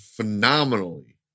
Phenomenally